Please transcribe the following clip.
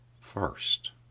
first